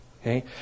Okay